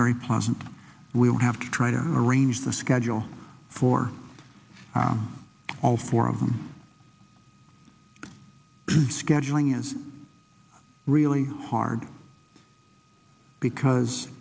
very pleasant we'll have to try to arrange the schedule for on all four of them scheduling is really hard because